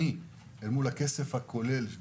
מול הכסף הכולל,